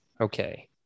okay